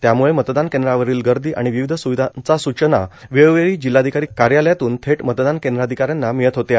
त्याम्ळे मतदान केंद्रावरील गर्दी आणि विविध स्विधांच्या सूचना वेळोवेळी जिल्हाधिकारी कार्यालयातून थेट मतदान केंद्राधिकाऱ्यांना मिळत होत्या